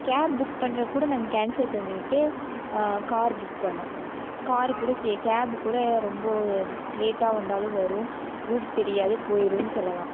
gap book பண்ணுறத கூட நாங்கள் கேன்சல் பண்ணிட்டு கார் புக் பண்ணிணோம் கார் கூட சீ கேப் கூட ரொம்ப லேட்டாக வந்தாலும் வரும் ரூட் தெரியாது போயிரும்னு சொல்லலாம்